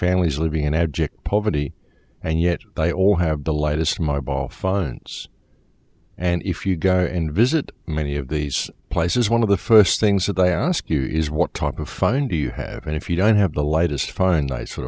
families living in abject poverty and yet they all have the lightest my ball funds and if you go and visit many of these places one of the first things that they ask you is what type of find do you have any if you don't have the lightest finite sort